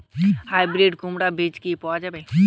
Hybrid কুমড়ার বীজ কি পাওয়া য়ায়?